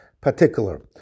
particular